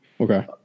Okay